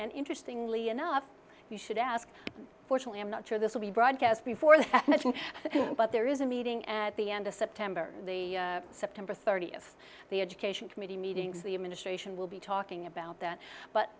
and interestingly enough you should ask fortunately i'm not sure this will be broadcast before the election but there is a meeting at the end of september the september thirtieth the education committee meetings the administration will be talking about that but